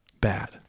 bad